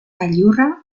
gailurra